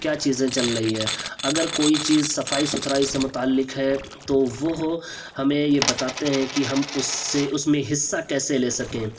کیا چیزیں چل رہی ہے اگر کوئی چیز صفائی ستھرائی سے متعلک ہے تو وہ ہمیں یہ بتاتے ہیں کہ ہم اس سے اس میں حصہ کیسے لے سکیں